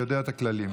הוא יודע את הכללים.